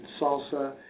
salsa